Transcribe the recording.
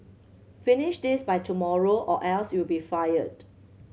finish this by tomorrow or else you'll be fired